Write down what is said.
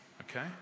okay